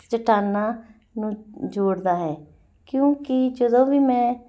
ਚੱਟਾਨਾਂ ਨੂੰ ਜੋੜਦਾ ਹੈ ਕਿਉਂਕਿ ਜਦੋਂ ਵੀ ਮੈਂ